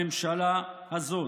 הממשלה הזאת,